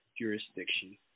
jurisdiction